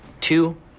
two